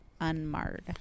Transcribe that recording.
unmarred